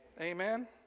Amen